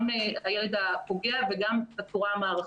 גם הילד הפוגע וגם בצורה מערכתית.